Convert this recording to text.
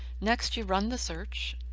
next, you run the search.